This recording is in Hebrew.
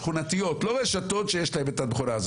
שקונות בסוף את הקניות הגדולות שלהן ברשתות השיווק כמובן.